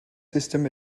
system